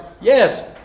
Yes